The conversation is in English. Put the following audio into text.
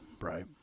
right